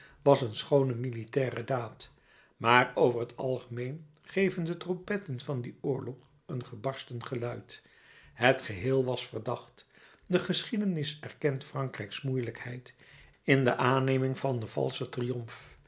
was een schoone militaire daad maar over t algemeen geven de trompetten van dien oorlog een gebarsten geluid het geheel was verdacht de geschiedenis erkent frankrijk's moeilijkheid in de aanneming van den valschen triomf